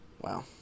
Wow